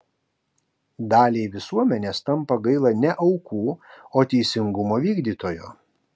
daliai visuomenės tampa gaila ne aukų o teisingumo vykdytojo